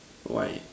why